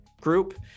group